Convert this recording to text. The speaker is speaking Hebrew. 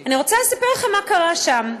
אני רוצה לספר לכם מה קרה שם.